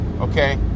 okay